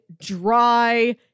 dry